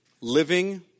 living